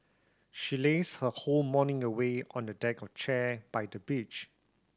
she lazed her whole morning away on a deck chair by the beach